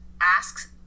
asks